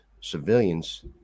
civilians